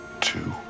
two